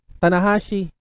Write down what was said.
tanahashi